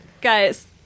Guys